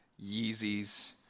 Yeezys